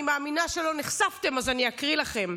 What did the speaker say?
אני מאמינה שלא נחשפתם, אז אני אקרא לכם: